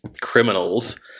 criminals